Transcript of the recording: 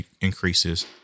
increases